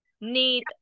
need